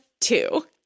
two